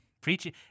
preaching